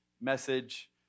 message